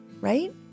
right